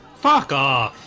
fuck off